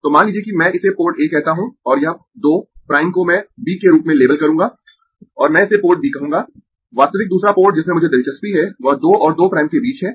तो मान लीजिए कि मैं इसे पोर्ट A कहता हूं और यह 2 प्राइम को मैं B के रूप में लेबल करूंगा और मैं इसे पोर्ट B कहूँगा वास्तविक दूसरा पोर्ट जिसमें मुझे दिलचस्पी है वह 2 और 2 प्राइम के बीच है